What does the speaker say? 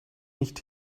nicht